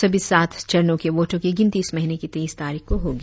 सभी सात चरणो के वोटों की गिनती इस महीने की तेईस तारीख को होगी